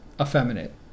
effeminate